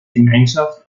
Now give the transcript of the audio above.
gemeinschaft